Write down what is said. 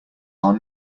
are